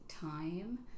time